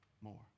more